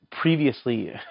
previously